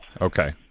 Okay